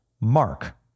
Mark